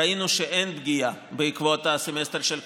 ראינו שאין פגיעה בעקבות הסמסטר של הקורונה.